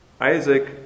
Isaac